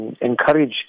encourage